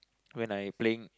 when I playing